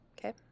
Okay